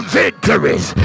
victories